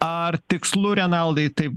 ar tikslu renaldai taip